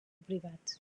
privats